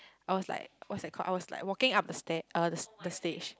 I was like what's that called I was like walking up the stair uh the st~ the stage